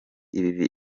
ibi